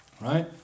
right